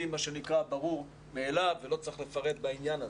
זה מה שנקרא ברור מאליו ולא צריך לפרט בעניין הזה.